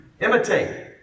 imitate